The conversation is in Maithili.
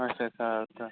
अच्छा अच्छा